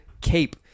cape